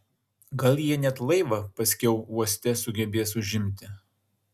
gal jie net laivą paskiau uoste sugebės užimti